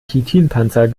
chitinpanzer